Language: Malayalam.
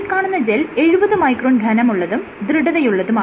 ഈ കാണുന്ന ജെൽ 70 മൈക്രോൺ ഘനമുള്ളതും ദൃഢതയുള്ളതുമാണ്